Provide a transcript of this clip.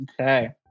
Okay